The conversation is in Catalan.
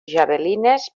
pesades